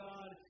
God